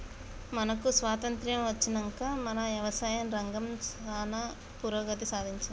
మనకు స్వాతంత్య్రం అచ్చినంక మన యవసాయ రంగం సానా పురోగతి సాధించింది